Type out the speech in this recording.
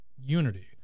unity